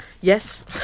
Yes